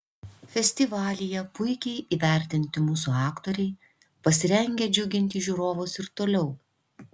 festivalyje puikiai įvertinti mūsų aktoriai pasirengę džiuginti žiūrovus ir toliau